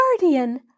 guardian